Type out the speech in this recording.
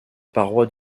parois